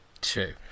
True